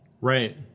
Right